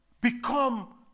Become